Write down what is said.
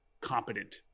competent